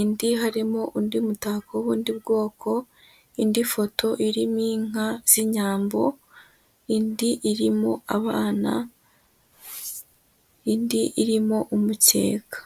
indi harimo undi mutako w'ubundi bwoko, indi foto irimo inka z'inyambo, indi irimo abana, indi irimo umukeka.